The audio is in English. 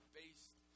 based